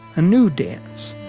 a new dance,